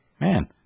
man